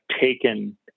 taken